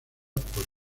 por